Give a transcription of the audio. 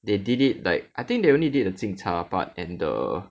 they did it like I think they only did the 敬茶 part and the